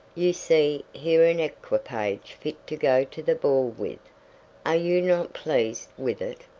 you see here an equipage fit to go to the ball with are you not pleased with it?